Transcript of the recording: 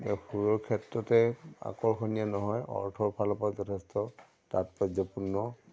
সুৰৰ ক্ষেত্ৰতে আকৰ্ষণীয় নহয় অৰ্থৰ ফালৰ পৰা যথেষ্ট তাৎপৰ্যপূৰ্ণ